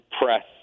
press